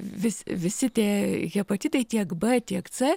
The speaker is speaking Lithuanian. vis visi tie hepatitai tiek b tiek c